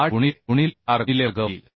78 गुणिले π गुणिले 4 गुणिले वर्ग होईल